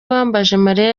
uwambajemariya